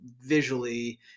visually